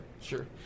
Sure